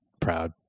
proud